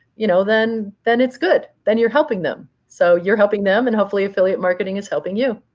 you know then then it's good. then, you're helping them. so you're helping them and, hopefully, affiliate marketing is helping you.